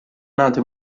nate